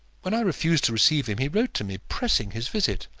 when i refused to receive him, he wrote to me pressing his visit.